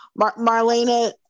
marlena